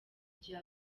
gihe